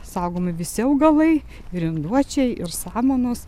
saugomi visi augalai ir induočiai ir samanos